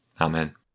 Amen